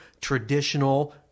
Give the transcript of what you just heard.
traditional